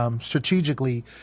Strategically